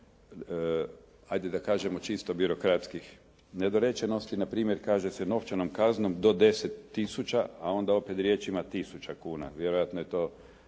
ajde da kažemo čisto birokratskih nedorečenosti. Na primjer, kaže se novčanom kaznom do 10 tisuća a onda opet riječima tisuća kuna. Vjerojatno je to